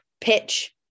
pitch